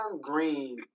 Green